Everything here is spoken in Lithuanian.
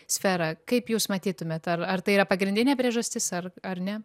sferą kaip jūs matytumėt ar tai yra pagrindinė priežastis ar ar ne